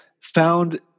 found